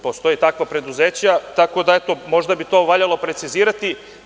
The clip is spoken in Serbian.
Postoje takva preduzeća, tako da bi možda to valjalo precizirati.